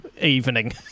evening